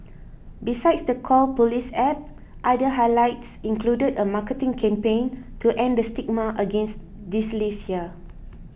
besides the Call Police App other highlights included a marketing campaign to end the stigma against dyslexia